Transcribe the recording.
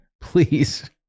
please